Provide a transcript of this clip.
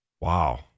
Wow